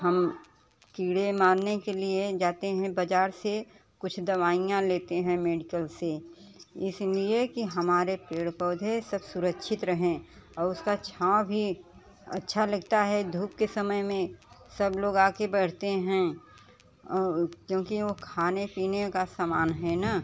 हम कीड़े मारने के लिए जाते हैं बाजार से कुछ दवाइयां लेते हैं मेडिकल से इसलिए कि हमारे पेड़ पौधे सब सुरक्षित रहें और उसका छांव भी अच्छा लगता है धूप के समय में सब लोग आके बैठते हैं और क्योंकि वो खाने पीने का समान है ना